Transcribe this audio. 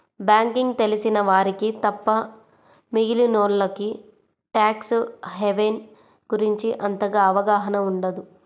banking తెలిసిన వారికి తప్ప మిగిలినోల్లకి ట్యాక్స్ హెవెన్ గురించి అంతగా అవగాహన ఉండదు